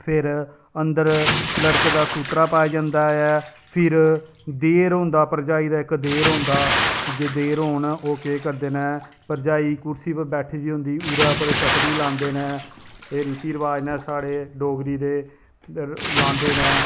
फिर अंदर लड़के दा सूत्तरा पाया जंदा ऐ फिर देर होंदा भरजाई दा इक देर होंदा जे देर होन ओह् केह् करदे न भरजाई कुर्सी पर बैठी दी होंदी उ'दे उप्पर छतड़ी लांदे न एह् रीति रिवाज न साढ़े डोगरी दे लांदे न